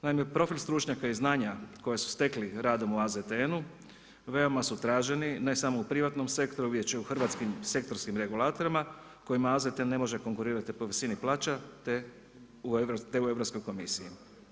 Naime, profil stručnjaka i znanja koja su stekli radom u AZTN-u veoma su traženi ne samo u privatnom sektoru već u hrvatskim sektorskim regulatorima kojima AZT ne može konkurirati po visini plaća te u Europskoj komisiji.